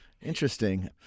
Interesting